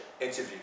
interview